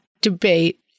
debate